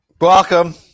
Welcome